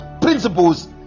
principles